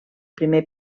primer